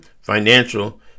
financial